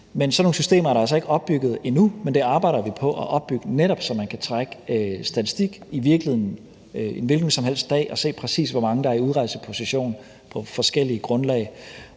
Sådan nogle systemer er der altså ikke opbygget endnu, men det arbejder vi på at opbygge, netop så man kan trække statistik i virkeligheden en hvilken som helst dag og se, præcis hvor mange der er i udrejseposition på forskellige grundlag.